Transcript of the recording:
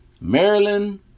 Maryland